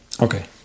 Okay